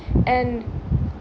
and